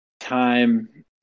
time